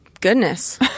goodness